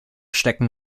stecken